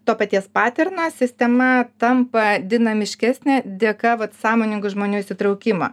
to paties paterno sistema tampa dinamiškesnė dėka vat sąmoningų žmonių įsitraukimą